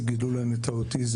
גילו להם אוטיזם.